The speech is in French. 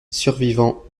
survivants